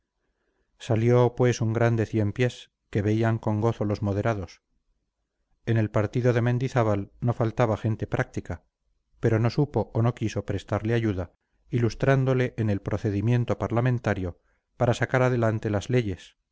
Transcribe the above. salió pues un grande cien pies que veían con gozo los moderados en el partido de mendizábal no faltaba gente práctica pero no supo o no quiso prestarle ayuda ilustrándole en el procedimiento parlamentario para sacar adelante las leyes